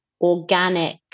organic